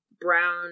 brown